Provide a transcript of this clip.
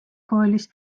kuulis